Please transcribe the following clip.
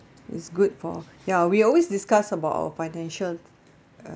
it's good for ya we always discuss about our financial uh